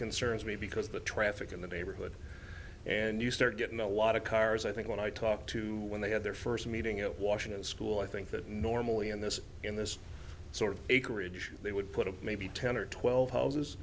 concerns me because the traffic in the neighborhood and you start getting a lot of cars i think when i talk to when they had their first meeting at washington school i think that normally in this in this sort of acreage they would put up maybe ten or twelve houses